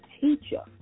teacher